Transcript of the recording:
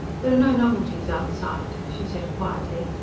there are no novelties outside, she said quietly.